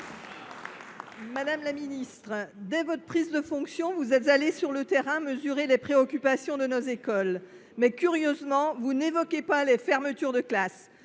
Madame la ministre, dès votre prise de fonction, vous êtes allée sur le terrain pour mesurer les préoccupations de nos écoles. Curieusement, vous n’évoquez pourtant pas les fermetures de classes